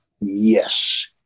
yes